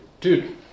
Dude